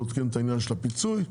את העניין של הפיצוי,